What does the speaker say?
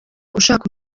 ushaka